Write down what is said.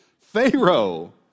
Pharaoh